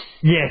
Yes